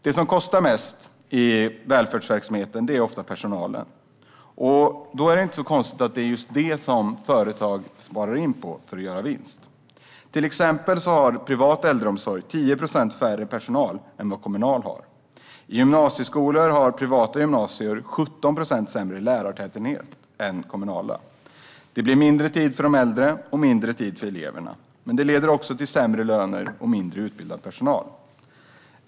Det som kostar mest i välfärdsverksamheten är ofta personalen. Därför är det inte konstigt att det är just där som företagen oftast sparar in för att göra vinst. Till exempel har privat äldreomsorg 10 procent färre personal än vad den kommunala har. Privata gymnasier har 17 procent sämre lärartäthet än kommunala. Det blir mindre tid för de äldre och mindre tid för eleverna. Det leder också till sämre löner och sämre utbildad personal.